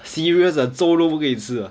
serious ah 粥都不可以吃 ah